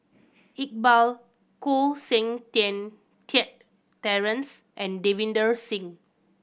Iqbal Koh Seng Kiat Terence and Davinder Singh